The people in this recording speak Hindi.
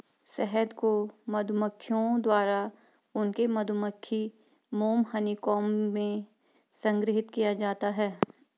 शहद को मधुमक्खियों द्वारा उनके मधुमक्खी मोम हनीकॉम्ब में संग्रहीत किया जाता है